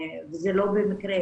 וזה לא במקרה,